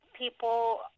People